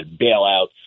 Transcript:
bailouts